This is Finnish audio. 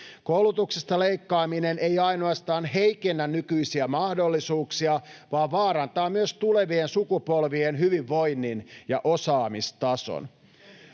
Koulutuksesta leikkaaminen ei ainoastaan heikennä nykyisiä mahdollisuuksia vaan vaarantaa myös tulevien sukupolvien hyvinvoinnin ja osaamistason.